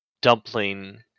dumpling